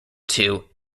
two